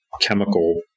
chemical